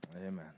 Amen